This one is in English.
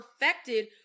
perfected